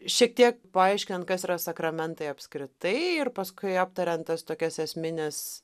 šiek tiek paaiškinant kas yra sakramentai apskritai ir paskui aptariant tokias esmines